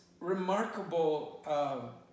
remarkable